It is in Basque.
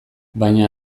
baina